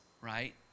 right